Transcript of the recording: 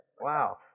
Wow